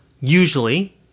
Usually